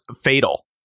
fatal